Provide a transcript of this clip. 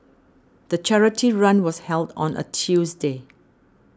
the charity run was held on a Tuesday